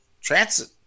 Transit